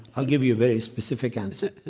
i'll give you a very specific answer.